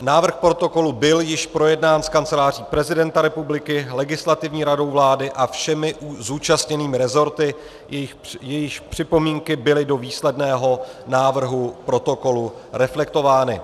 Návrh protokolu byl již projednán s Kanceláří prezidenta republiky, Legislativní radou vlády a všemi zúčastněnými resorty, jejichž připomínky byly do výsledného návrhu protokolu reflektovány.